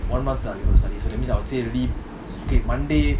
one mother lah we got to study so that means I would say leave okay monday